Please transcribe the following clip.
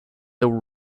though